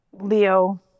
Leo